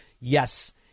Yes